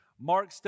Mark